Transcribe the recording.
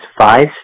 five